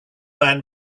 man